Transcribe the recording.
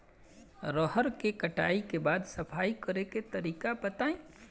रहर के कटाई के बाद सफाई करेके तरीका बताइ?